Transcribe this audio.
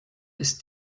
ist